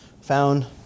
found